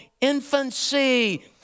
infancy